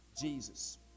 Jesus